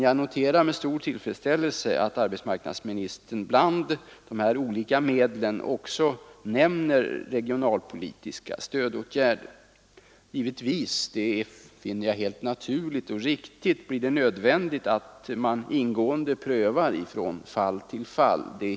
Jag noterar med stor tillfredsställelse att arbetsmarknadsministern bland de medlen också nämner regionalpolitiska stödåtgärder. Givetvis — det finner jag helt naturligt och riktigt — blir det nödvändigt att man ingående prövar från fall till fall.